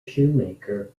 shoemaker